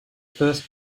first